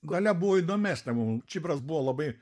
dalia buvo įdomesnė mum čibiras buvo labai